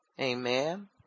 Amen